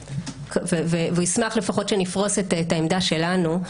והוא ישמח לפחות שנפרוס את העמדה שלנו.